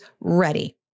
ready